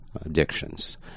addictions